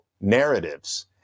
narratives